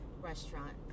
restaurant